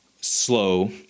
slow